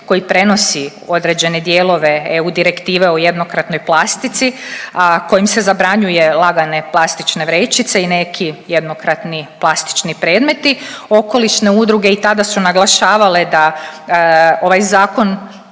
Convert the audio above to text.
koji prenosi određene dijelove EU direktive o jednokratnoj plastici, a kojim se zabranjuje lagane plastične vrećice i neki jednokratni plastični predmeti okolišne udruge i tada su naglašavale da ovaj zakon